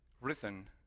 written